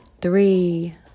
three